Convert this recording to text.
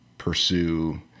pursue